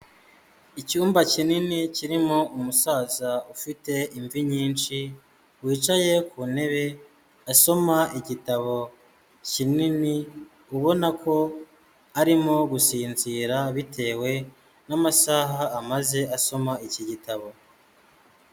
Icyumba kinini kirimo umusaza ufite imvi nyinshi wicaye ku ntebe asoma igitabo kinini, ubona ko arimo gusinzira bitewe n'amasaha amaze asoma iki gitabo.